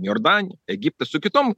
jordanija egiptas su kitom